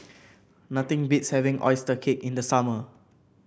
nothing beats having oyster cake in the summer